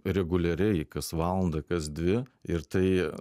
reguliariai kas valandą kas dvi ir tai